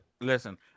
Listen